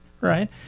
right